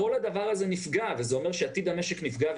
כל הדבר הזה נפגע וזה אומר שעתיד המשק נפגע.